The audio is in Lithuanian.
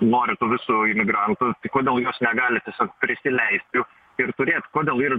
nori visų imigrantų kodėl jos negali tiesiog prisileist jų ir turėti kodėl yr